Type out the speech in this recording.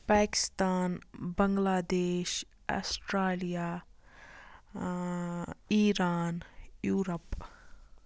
Pakistan Bangladesh Australia Iran Europe